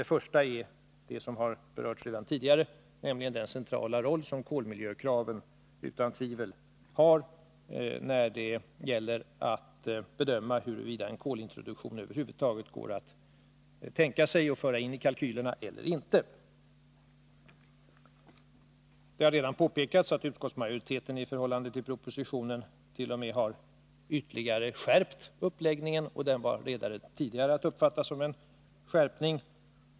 Den första har berörts redan tidigare, nämligen den centrala roll som kolmiljökraven utan tvivel har när det gäller att bedöma huruvida en kolintroduktion över huvud taget går att tänka sig och föra in i kalkylerna eller inte. Det har redan påpekats att utskottsmajoriteten i förhållande till propositionen t.o.m. har ytterligare skärpt uppläggningen, och den var redan tidigare att uppfatta som en skärpning.